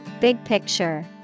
Big-picture